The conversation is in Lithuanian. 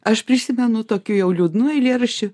aš prisimenu tokių jau liūdnų eilėraščių